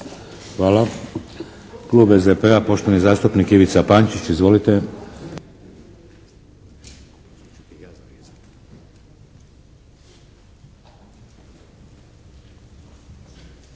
Hvala. Klub IDS-a, poštovani zastupnik Damir Kajin. Izvolite!